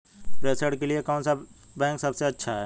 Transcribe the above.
प्रेषण के लिए कौन सा बैंक सबसे अच्छा है?